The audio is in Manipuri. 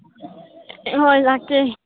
ꯍꯣꯏ ꯂꯥꯛꯀꯦ